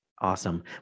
Awesome